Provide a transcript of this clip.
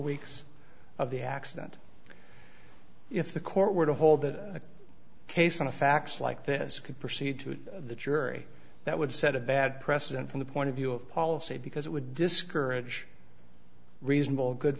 weeks of the accident if the court were to hold the case on the facts like this could proceed to the jury that would set a bad precedent from the point of view of policy because it would discourage reasonable good